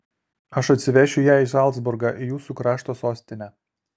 aš atsivešiu ją į zalcburgą į jūsų krašto sostinę